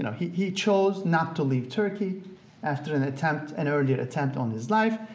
and he he chose not to leave turkey after an attempt, an earlier attempt on his life,